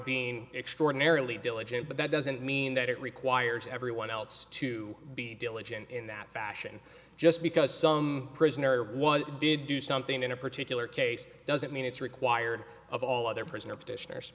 being extraordinarily diligent but that doesn't mean that it requires everyone else to be diligent in that fashion just because some prisoner one did do something in a particular case doesn't mean it's required of all other prisoner petitioners